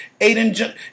Aiden